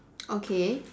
okay